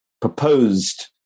proposed